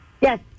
Yes